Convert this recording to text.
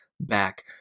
back